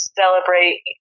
celebrate